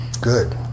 good